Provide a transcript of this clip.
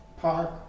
Park